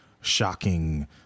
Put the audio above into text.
shocking